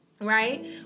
Right